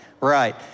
Right